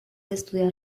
estudiar